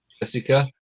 jessica